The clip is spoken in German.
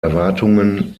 erwartungen